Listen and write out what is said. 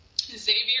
Xavier